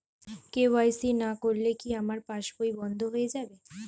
KYC না করলে কি আমার পাশ বই বন্ধ হয়ে যাবে?